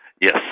Yes